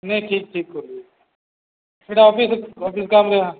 ନାଇ ଠିକ୍ ଠିକ୍ କୁହ ସେଇଟା ଅଫିସ ଅଫିସ କାମରେ